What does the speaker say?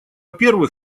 первых